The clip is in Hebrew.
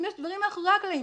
אם יש דברים מאחורי הקלעים